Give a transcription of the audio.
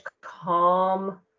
calm